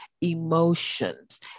emotions